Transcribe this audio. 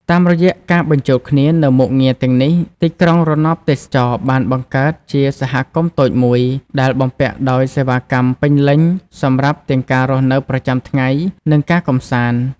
តាមរយៈការបញ្ចូលគ្នានូវមុខងារទាំងនេះ ទីក្រុងរណបទេសចរណ៍បានបង្កើតជា សហគមន៍តូចមួយ ដែលបំពាក់ដោយសេវាកម្មពេញលេញ សម្រាប់ទាំងការរស់នៅប្រចាំថ្ងៃ និងការកម្សាន្ត។